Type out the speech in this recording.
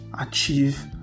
achieve